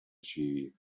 she